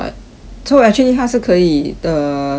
so actually 它是可以 err 怎样讲 ah